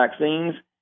vaccines